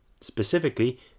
Specifically